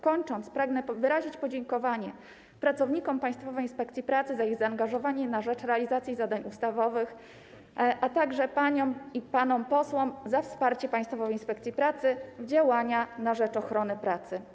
Kończąc, pragnę wyrazić podziękowanie pracownikom Państwowej Inspekcji Pracy za ich zaangażowanie na rzecz realizacji zadań ustawowych, a także paniom i panom posłom za wsparcie Państwowej Inspekcji Pracy w działaniach na rzecz ochrony pracy.